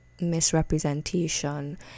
misrepresentation